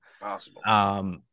Possible